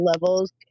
levels